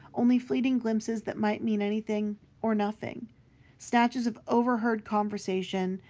only fleeting glimpses that might mean anything or nothing snatches of overheard conversation,